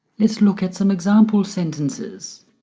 let's look at some example sentences.